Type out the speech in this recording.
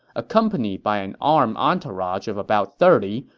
accompanied by an armed entourage of about thirty,